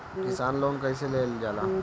किसान लोन कईसे लेल जाला?